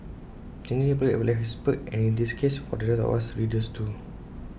changing employers has its perks and in this case for the rest of us readers too